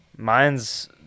Mine's